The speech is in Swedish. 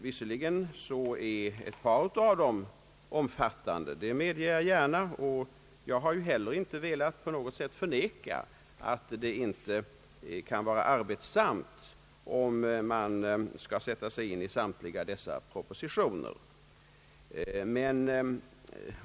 Jag medger gärna att ett par av dem är omfattande, och jag har inte heller velat på något sätt förneka att det blir arbetsamt för dem som skall sätta sig in i samtliga dessa propositioner.